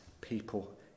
people